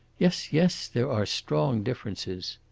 yes, yes, there are strong differences.